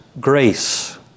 Grace